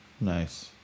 nice